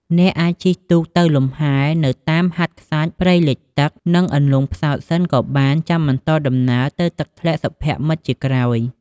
អ្នកអាចជិះទូកទៅលំហែនៅតាមហាតខ្សាច់ព្រៃលិចទឹកនិងអន្លង់ផ្សោតសិនក៏បានចាំបន្តដំណើរទៅទឹកធ្លាក់សុភមិត្តជាក្រោយ។